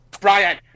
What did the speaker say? Brian